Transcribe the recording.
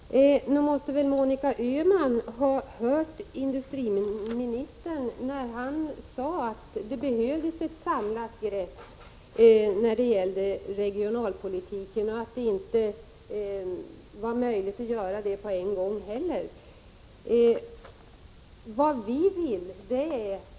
Herr talman! Nog måste väl Monica Öhman ha hört industriministern när han sade att det behövs ett samlat grepp över regionalpolitiken men att det inte är möjligt att ta ett sådant med en gång.